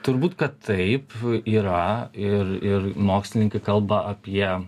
turbūt kad taip yra ir ir mokslininkai kalba apie